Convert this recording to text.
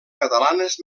catalanes